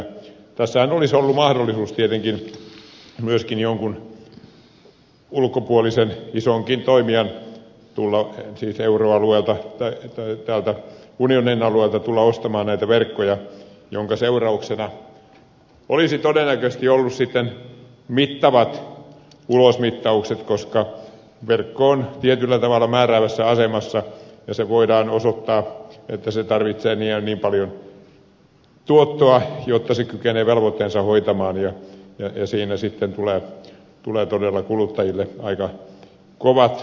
tässähän olisi ollut mahdollisuus tietenkin myöskin jollakin ulkopuolisella isollakin toimijalla tulla siis unionin alueelta ostamaan näitä verkkoja minkä seurauksena olisi todennäköisesti ollut mittavat ulosmittaukset koska verkko on tietyllä tavalla määräävässä asemassa ja voidaan osoittaa että se tarvitsee niin ja niin paljon tuottoa jotta se kykenee velvoitteensa hoitamaan ja siinä sitten tulee todella kuluttajille aika kovat maksut